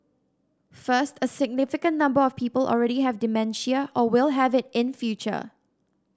first a significant number of people already have dementia or will have it in future